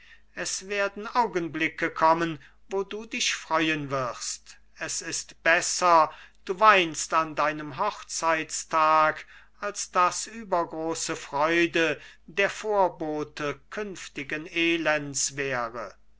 es werden augenblicke kommen wo du dich freuen wirst es ist besser du weinst an deinem hochzeittag als daß übergroße freude der vorbote künftigen elends wäre